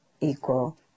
equal